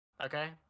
Okay